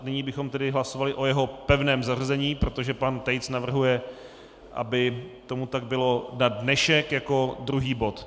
Nyní bychom hlasovali o jeho pevném zařazení, protože pan Tejc navrhuje, aby tomu tak bylo na dnešek jako druhý bod.